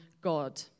God